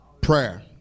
Prayer